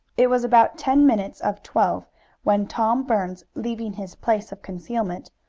it was about ten minutes of twelve when tom burns, leaving his place of concealment,